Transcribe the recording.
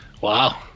Wow